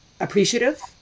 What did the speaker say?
appreciative